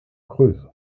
creuse